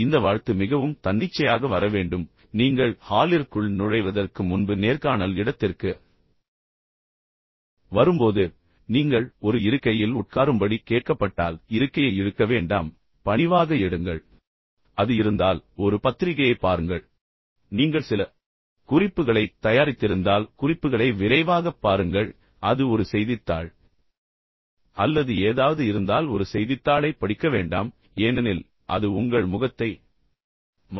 எனவே இந்த வாழ்த்து மிகவும் தன்னிச்சையாக வர வேண்டும் நீங்கள் ஹாலிற்குள் நுழைவதற்கு முன்பு நேர்காணல் இடத்திற்கு வரும்போது நீங்கள் ஒரு இருக்கையில் உட்காரும்படி கேட்கப்பட்டால் பின்னர் இருக்கையை இழுக்க வேண்டாம் பணிவாக எடுங்கள் அது இருந்தால் ஒரு பத்திரிகையைப் பாருங்கள் அல்லது நீங்கள் சில குறிப்புகளைத் தயாரித்திருந்தால் குறிப்புகளை விரைவாகப் பாருங்கள் ஆனால் அது ஒரு செய்தித்தாள் அல்லது ஏதாவது இருந்தால் ஒரு செய்தித்தாளைப் படிக்க வேண்டாம் ஏனெனில் அது உங்கள் முகத்தை மறைக்கிறது